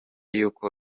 y’uko